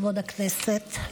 כבוד הכנסת,